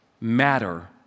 matter